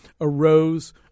arose